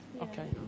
Okay